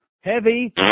heavy